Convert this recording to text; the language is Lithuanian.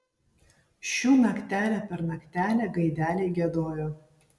šių naktelę per naktelę gaideliai giedojo